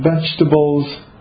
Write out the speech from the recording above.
vegetables